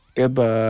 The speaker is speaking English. Goodbye